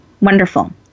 wonderful